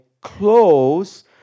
close